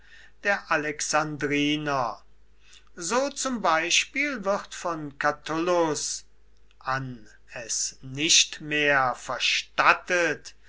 der alexandriner so zum beispiel wird von catullus an es nicht mehr verstattet